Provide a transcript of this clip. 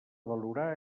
valorar